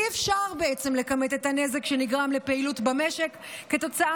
אי-אפשר בעצם לכמת את הנזק שנגרם לפעילות במשק כתוצאה